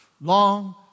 long